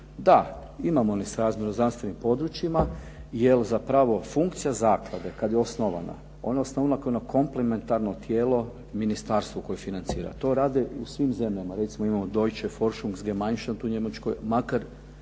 Da, imamo nesrazmjer u znanstvenim područjima jer zapravo funkcija zaklade kad je osnovana, odnosno ona koju na komplementarno tijelo ministarstva koje financira. To rade u svim zemljama. Recimo imamo Deutsche Forschungsgemeinschaft u Njemačkoj makar